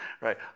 Right